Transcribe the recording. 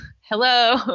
Hello